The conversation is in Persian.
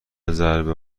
ضربه